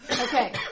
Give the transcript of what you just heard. Okay